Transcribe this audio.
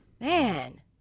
Man